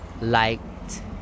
liked